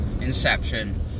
Inception